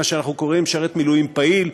מה שאנחנו קוראים משרת מילואים פעיל,